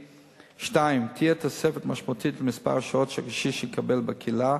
2. תהיה תוספת משמעותית על מספר השעות שהקשיש מקבל בקהילה,